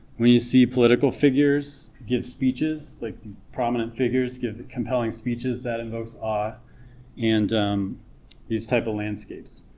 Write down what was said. when you see political figures give speeches like prominent figures give compelling speeches that invokes awe and these type of landscapes,